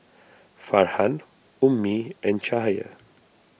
arhan Ummi and Cahaya